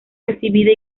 recibida